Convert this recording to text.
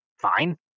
fine